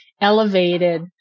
elevated